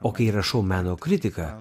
o kai rašau meno kritiką